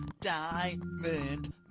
diamond